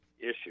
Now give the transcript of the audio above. issue